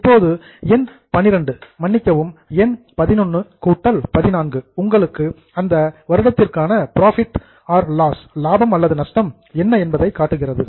இப்போது எண் XII மன்னிக்கவும் எண் XI கூட்டல் எண் XIV உங்களுக்கு அந்த வருடத்திற்கான புரோஃபிட் ஆர் லாஸ் லாபம் அல்லது நஷ்டம் என்ன என்பதை காட்டுகிறது